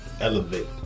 Elevate